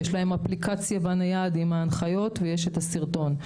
אפליקציה בנייד עם הנחיות ויש את הסרטון.